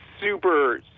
super